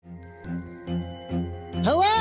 Hello